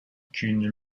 qu’une